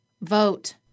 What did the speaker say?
vote